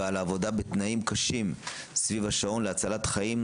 ועל העבודה בתנאים קשים סביב השעון להצלת חיים,